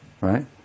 Right